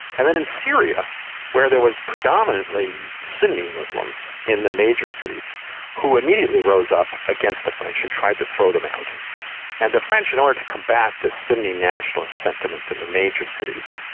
and then in syria where there was predominantly sunni muslims in the major cities who immediately rose up against the french and tried to throw them out and the french, in order to combat sunni nationalist sentiment in the major cities,